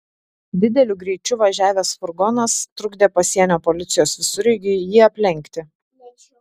dideliu greičiu važiavęs furgonas trukdė pasienio policijos visureigiui jį aplenkti